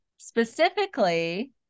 Specifically